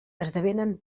esdevenen